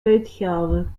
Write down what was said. uitgave